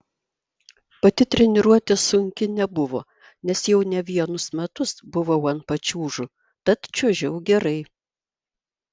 pati treniruotė sunki nebuvo nes jau ne vienus metus buvau ant pačiūžų tad čiuožiau gerai